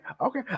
okay